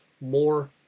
more